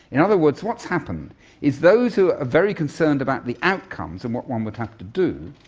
in other words, what's happened is those who very concerned about the outcomes and what one would have to do,